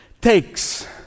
takes